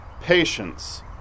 patience